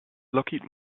lockheed